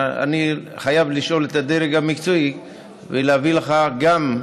אני חייב לשאול את הדרג המקצועי ולהביא לך גם,